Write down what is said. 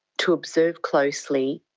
to observe closely,